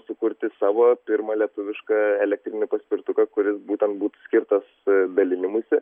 sukurti savo pirmą lietuvišką elektrinį paspirtuką kuris būtent būtų skirtas dalinimuisi